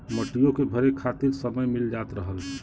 मटियो के भरे खातिर समय मिल जात रहल